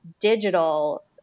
digital